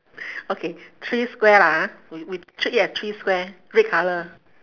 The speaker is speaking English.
okay three square lah ha we we three ye~ three square red colour